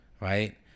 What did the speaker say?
right